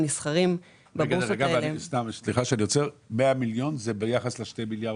100 מיליון זה ביחס ל-20 מיליארד?